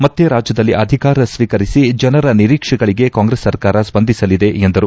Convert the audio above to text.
ಮತ್ತೆ ರಾಜ್ಯದಲ್ಲಿ ಅಧಿಕಾರ ಸ್ವೀಕರಿಸಿ ಜನರ ನಿರೀಕ್ಷೆಗಳಿಗೆ ಕಾಂಗ್ರೆಸ್ ಸರ್ಕಾರ ಸ್ಪಂದಿಸಲಿದೆ ಎಂದರು